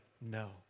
No